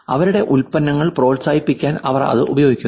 അവരുടെ ഉൽപ്പന്നങ്ങൾ പ്രോത്സാഹിപ്പിക്കാൻ അവർ അത് ഉപയോഗിക്കുന്നു